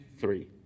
three